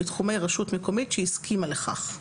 בתחומי רשות מקומית שהסכימה לכך.